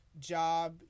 job